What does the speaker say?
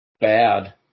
bad